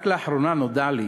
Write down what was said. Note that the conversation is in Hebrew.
רק לאחרונה נודע לי,